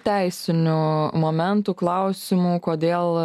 teisinių momentų klausimų kodėl